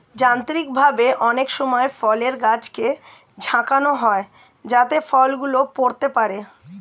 যান্ত্রিকভাবে অনেক সময় ফলের গাছকে ঝাঁকানো হয় যাতে ফল গুলো পড়তে পারে